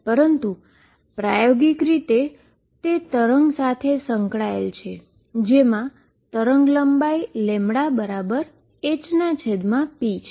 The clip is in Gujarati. પરંતુ પ્રાયોગિક રૂપે તે વેવ સંકળાયેલ છે જેમાં વેવલેન્થ λ hp છે